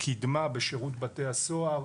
קידמה בשירות בתי הסוהר,